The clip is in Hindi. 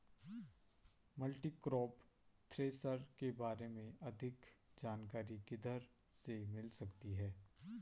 मल्टीक्रॉप थ्रेशर के बारे में अधिक जानकारी किधर से मिल सकती है?